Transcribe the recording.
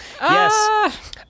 Yes